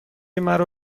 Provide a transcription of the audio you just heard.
مرا